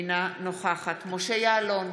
אינה נוכחת משה יעלון,